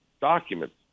documents